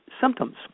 symptoms